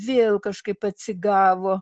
vėl kažkaip atsigavo